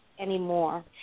anymore